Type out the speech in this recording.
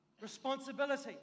Responsibility